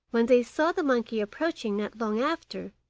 when they saw the monkey approaching not long after,